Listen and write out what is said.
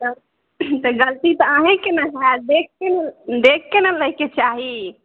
तब तऽ गलती तऽ अहेँके ने भेल देखिके ने लैके चाही